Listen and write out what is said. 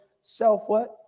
self-what